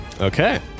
Okay